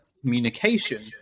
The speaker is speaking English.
communication